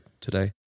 today